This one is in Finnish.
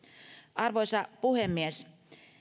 arvoisa puhemies